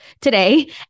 today